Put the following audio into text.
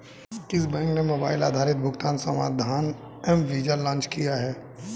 किस बैंक ने मोबाइल आधारित भुगतान समाधान एम वीज़ा लॉन्च किया है?